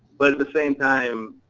but at the same time,